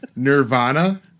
Nirvana